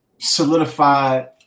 solidified